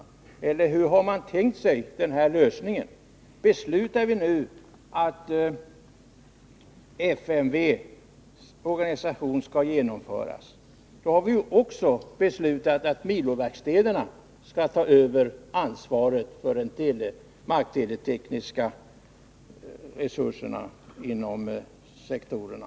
Eller hur har man tänkt sig lösningen? Beslutar vi nu att FMV:s organisation skall genomföras, har vi ju också beslutat att miloverkstäderna skall ta över ansvaret för de markteletekniska resurserna inom sektorerna.